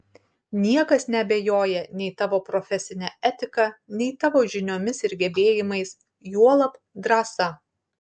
niekas neabejoja nei tavo profesine etika nei tavo žiniomis ir gebėjimais juolab drąsa